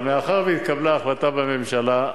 אבל מאחר שהתקבלה החלטה בממשלה,